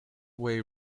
way